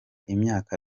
imyaka